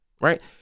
right